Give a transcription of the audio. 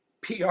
pr